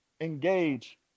engage